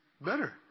better